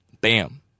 bam